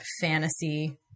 fantasy